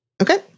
Okay